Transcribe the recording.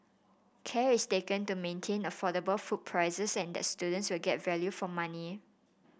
care is taken to maintain affordable food prices and that students will get value for money